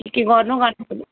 के के गर्नु गर्नु